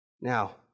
Now